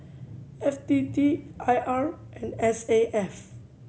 F T T I R and S A F